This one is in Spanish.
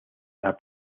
las